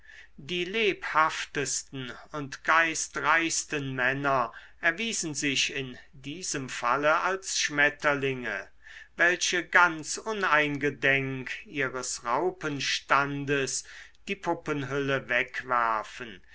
die lebhaftesten und geistreichsten männer erwiesen sich in diesem falle als schmetterlinge welche ganz uneingedenk ihres raupenstandes die puppenhülle wegwerfen